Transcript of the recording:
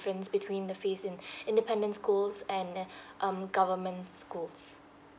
difference between the fees in independent schools and um government scolds